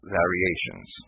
variations